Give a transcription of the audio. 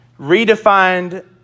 redefined